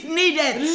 needed